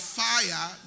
fire